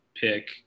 pick